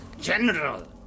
General